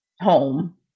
home